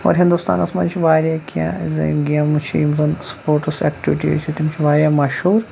اور ہِندوستانَس منٛز چھُ واریاہ کینٛہہ گیمہٕ چھِ یِم زَن سُپوٹٕس ایکٹِوٹیٖز چھِ تِم چھِ واریاہ مَشہوٗر